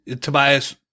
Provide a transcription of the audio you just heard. Tobias